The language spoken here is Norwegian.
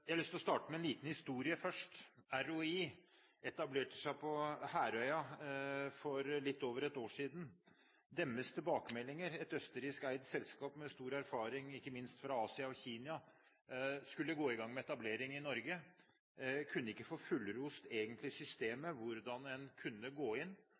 Jeg har lyst til å starte med en liten historie. ROI etablerte seg på Herøya for litt over ett år siden. Dette var et østerriksk eid selskap med stor erfaring, ikke minst fra Asia og Kina, og de skulle gå i gang med etablering i Norge. Deres tilbakemeldinger var at de egentlig ikke kunne få fullrost systemet, hvordan en kunne gå inn